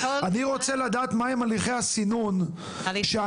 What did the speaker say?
אני רוצה לדעת מהם הליכי הסינון שאנחנו,